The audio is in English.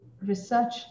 research